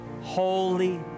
Holy